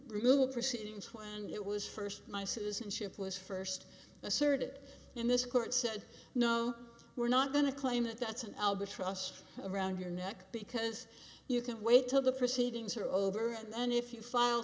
removal proceedings when it was first my citizenship was first asserted in this court said no we're not going to claim that that's an albatross around your neck because you can't wait till the proceedings are over and if you file